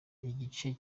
igice